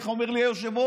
איך אומר לי היושב-ראש?